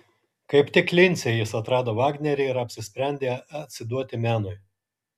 kaip tik lince jis atrado vagnerį ir apsisprendė atsiduoti menui